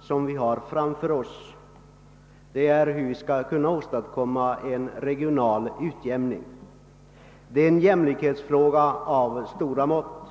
som vi har att ta ställning till är hur vi skall kunna åstadkomma en regional utjämning. Det är en jämlikhetsfråga av stora mått.